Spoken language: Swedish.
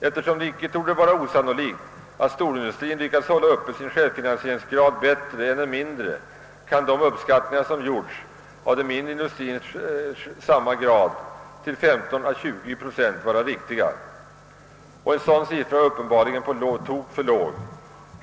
Eftersom det icke torde vara osannolikt att storindustrien bättre än den mindre lyckats vidmakthålla sin självfinansieringsgrad, kan uppskattningen av den mindre industriens självfinansieringsgrad till 15—20 procent vara riktig. En sådan siffra är uppenbarligen på tok för låg.